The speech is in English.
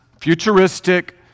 futuristic